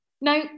No